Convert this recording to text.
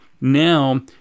now